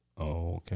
Okay